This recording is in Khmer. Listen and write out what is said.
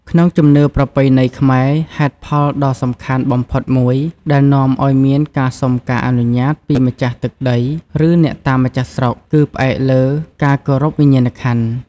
ក្នុងជំនឿប្រពៃណីខ្មែរ ហេតុផលដ៏សំខាន់បំផុតមួយដែលនាំឱ្យមានការសុំការអនុញ្ញាតពីម្ចាស់ទឹកដី ឬអ្នកតាម្ចាស់ស្រុក គឺផ្អែកលើ ការគោរពវិញ្ញាណក្ខន្ធ។